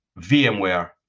VMware